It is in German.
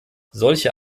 solche